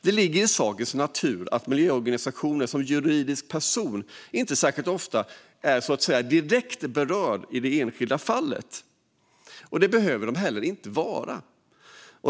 Det ligger i sakens natur att miljöorganisationer som juridisk person inte särskilt ofta är direkt berörda i det enskilda fallet, och det behöver de heller inte vara.